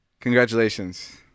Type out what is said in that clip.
Congratulations